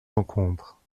encombre